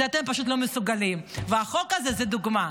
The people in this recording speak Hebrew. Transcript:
אתם פשוט לא מסוגלים, והחוק הזה הוא דוגמה.